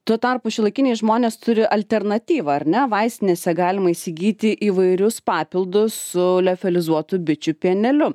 tuo tarpu šiuolaikiniai žmonės turi alternatyvą ar ne vaistinėse galima įsigyti įvairius papildus su liofelizuotu bičių pieneliu